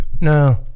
No